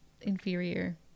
inferior